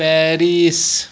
Paris